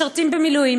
משרתים במילואים,